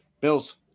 Bills